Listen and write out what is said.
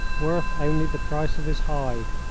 worth only the price of his hide,